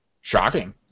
shocking